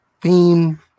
theme